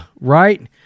right